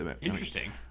interesting